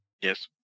Yes